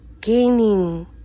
gaining